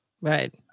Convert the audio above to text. Right